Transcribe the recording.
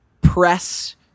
press